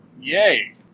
Yay